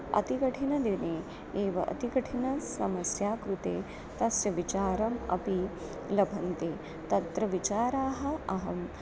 अतिकठिनदिने एव अतिकठिनसमस्या कृते तस्य विचारम् अपि लभन्ते तत्र विचाराः अहं